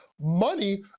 money